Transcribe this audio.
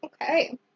Okay